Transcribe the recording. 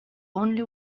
only